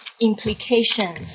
implication